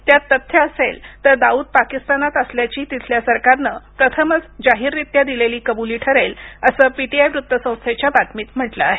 त्यात तथ्य असेल तर दाऊद पाकिस्तानात असल्याची तिथल्या सरकारनं प्रथमच जाहीररीत्या दिलेली कबुली ठरेल असं पीटीआय वृत्तसंस्थेच्या बातमीत म्हटलं आहे